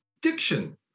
Diction